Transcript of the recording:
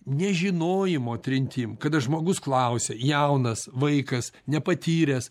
nežinojimo trintim kada žmogus klausia jaunas vaikas nepatyręs